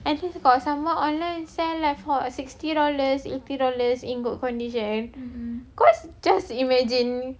I think got some more online sell for a sixty dollar fifty dollar in good condition cause just imagine